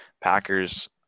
Packers